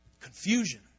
Confusion